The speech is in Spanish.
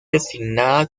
designada